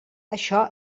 això